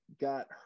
got